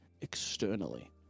externally